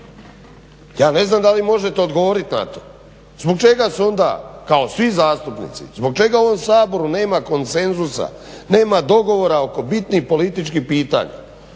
Ja ne znam da li možete odgovoriti na to? Zbog čega su onda kao svi zastupnici, zbog čega u ovom Saboru nema konsenzusa, nema dogovora oko bitnih političkih pitanja.